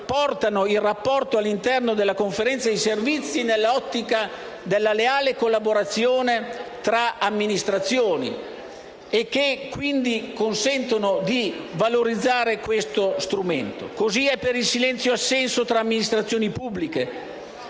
che portano il rapporto all'interno della Conferenza dei servizi nell'ottica della leale collaborazione fra amministrazioni e che quindi consentono di valorizzare questo strumento. Così è per il silenzio-assenso tra amministrazioni pubbliche,